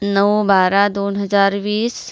नऊ बारा दोन हजार वीस